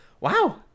Wow